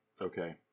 Okay